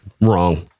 Wrong